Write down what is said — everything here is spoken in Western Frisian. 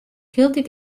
hieltyd